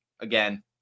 again